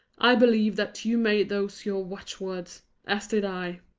i believe that you made those your watchwords as did i.